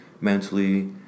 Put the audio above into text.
mentally